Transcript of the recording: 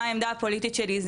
מה העמדה הפוליטית שלי,